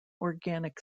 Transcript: organic